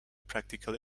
practical